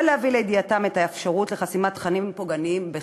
ולהביא לידיעתם את האפשרות לחסימת תכנים פוגעניים בחינם.